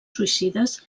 suïcides